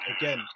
again